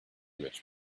rich